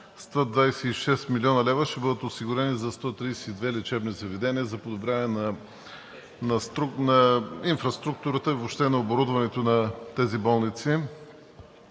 126 млн. лв. ще бъдат осигурени за 132 лечебни заведения за подобряване на инфраструктурата и въобще на оборудването на тези болници.